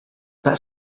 that